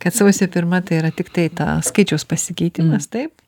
kad sausio pirma tai yra tiktai tau skaičiaus pasikeitimas taip